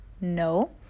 no